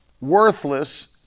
worthless